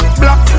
black